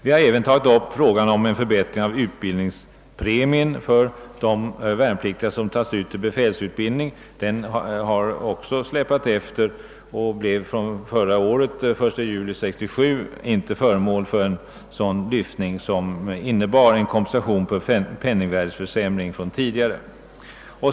Vi har även tagit upp frågan om en förbättring av utbildningspremien för de värnpliktiga som tas ut till befälsutbildning. Den har också släpat efter och blev förra året inte föremål för någon lyftning som innebar en kompensation för penningvärdeförsämringen från tidigare.